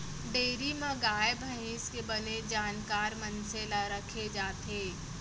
dairy म गाय भईंस के बने जानकार मनसे ल राखे जाथे